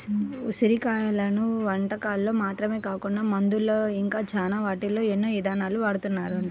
ఉసిరి కాయలను వంటకాల్లో మాత్రమే కాకుండా మందుల్లో ఇంకా చాలా వాటిల్లో ఎన్నో ఇదాలుగా వాడతన్నారంట